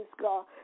God